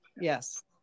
yes